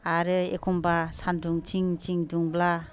आरो एखमबा सान्दुं थिं थिं दुंब्ला